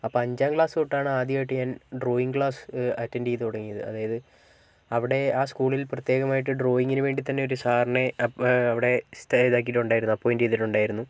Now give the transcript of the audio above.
അപ്പം അഞ്ചാം ക്ലാസ് തൊട്ടാണ് ആദ്യമായിട്ട് ഞാൻ ഡ്രോയിങ്ങ് ക്ലാസ് അറ്റന്റ് ചെയ്തു തുടങ്ങിയത് അതായത് അവിടെ ആ സ്കൂളിൽ പ്രത്യേകമായിട്ട് ഡ്രോയിങ്ങിനു വേണ്ടി തന്നെ ഒരു സാറിനെ അവിടെ ഇതാക്കിയിട്ടുണ്ടായിരുന്നു അപ്പോയ്ന്റ് ചെയ്തിട്ടുണ്ടായിരുന്നു